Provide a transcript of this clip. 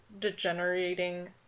degenerating